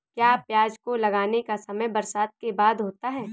क्या प्याज को लगाने का समय बरसात के बाद होता है?